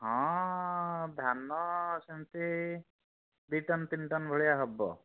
ହଁ ଧାନ ସେମିତି ଦୁଇ ଟନ୍ ତିନି ଟନ୍ ଭଳିଆ ହେବ